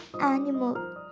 animal